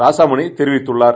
ராசாமணி தெரிவித்துள்ளார்